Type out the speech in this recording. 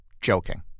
joking